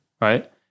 right